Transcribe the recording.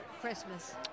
Christmas